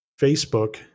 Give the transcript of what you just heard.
Facebook